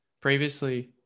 previously